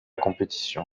compétition